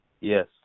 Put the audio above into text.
Yes